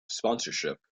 sponsorship